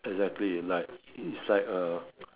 exactly like it's like a